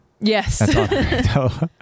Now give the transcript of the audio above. Yes